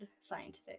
scientific